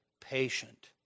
patient